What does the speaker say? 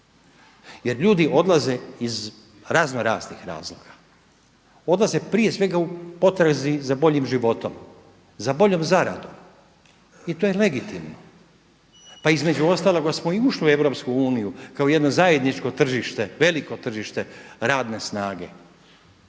jer ljudi odlaze iz raznoraznih razloga. Odlaze prije svega u potrazi za boljim životom, za boljom zaradom i to je legitimno. Pa između ostalog smo i ušli u EU kao jedno zajedničko tržište, veliko tržište radne snage.